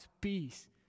peace